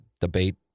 debate